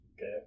Okay